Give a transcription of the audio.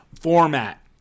format